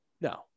No